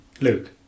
Luke